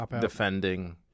defending